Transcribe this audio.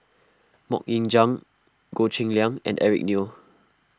Mok Ying Jang Goh Cheng Liang and Eric Neo